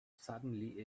suddenly